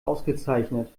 ausgezeichnet